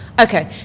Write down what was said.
Okay